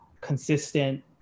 consistent